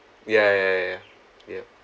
ya ya ya ya yep